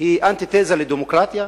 היא אנטיתזה לדמוקרטיה?